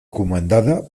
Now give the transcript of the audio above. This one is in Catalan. comandada